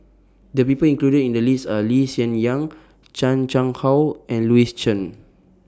The People included in The list Are Lee Hsien Yang Chan Chang How and Louis Chen